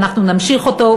ואנחנו נמשיך אותו,